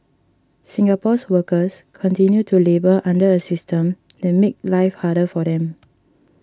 Singapore's workers continue to labour under a system that makes life harder for them